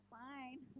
fine